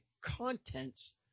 contents